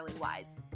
wise